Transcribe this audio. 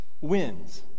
wins